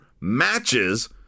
matches